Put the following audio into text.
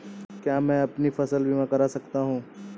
क्या मैं अपनी फसल बीमा करा सकती हूँ?